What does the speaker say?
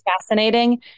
fascinating